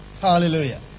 Hallelujah